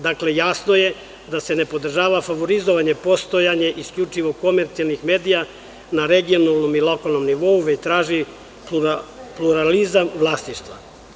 Dakle, jasno je da se ne podržava favorizovanje, postojanje isključivo komercijalnih medija na regionalnom i lokalnom nivou, već traži pluralizam vlasništva.